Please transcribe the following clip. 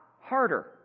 harder